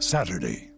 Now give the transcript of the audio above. Saturday